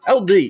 LD